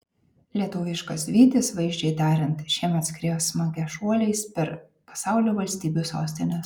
lietuviškas vytis vaizdžiai tariant šiemet skriejo smagia šuoliais per pasaulio valstybių sostines